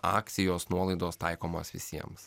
akcijos nuolaidos taikomos visiems